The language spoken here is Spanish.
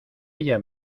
ella